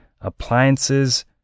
appliances